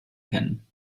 kennen